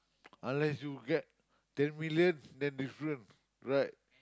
unless you get ten million then different right